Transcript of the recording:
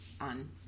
on